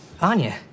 Anya